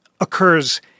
occurs